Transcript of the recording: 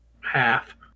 half